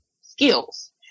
skills